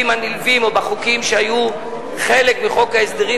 הנלווים או בחוקים שהיו חלק מחוק ההסדרים,